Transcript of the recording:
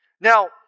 Now